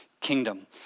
kingdom